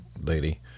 lady